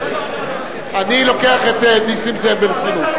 אני לוקח את נסים זאב ברצינות.